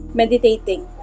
meditating